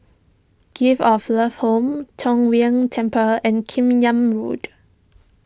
Gift of Love Home Tong Whye Temple and Kim Yam Road